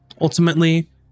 Ultimately